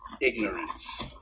ignorance